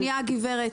שנייה גברתי.